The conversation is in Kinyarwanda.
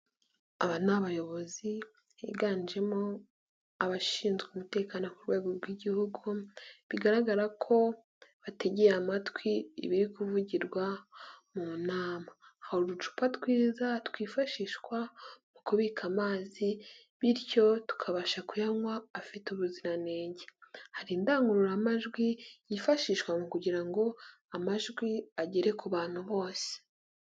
Aba ni abayobozi higanjemo abashinzwe umutekano ku rwego rw'Igihugu bigaragara ko bategeye amatwi ibiri kuvugirwa mu nama, hari uducupa twiza twifashishwa mu kubika amazi bityo tukabasha kuyanywa afite ubuziranenge, hari indangururamajwi yifashishwa mu kugira ngo amajwi agere ku bantu bose.